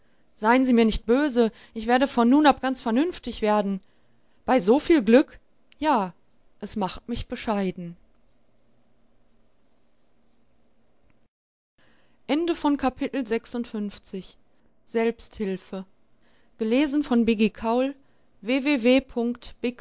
seien sie mir nicht böse ich werde von nun ab ganz vernünftig werden bei soviel glück ja es macht mich bescheiden